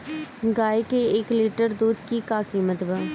गाए के एक लीटर दूध के कीमत केतना बा?